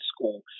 school